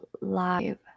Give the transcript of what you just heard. live